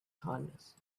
kindness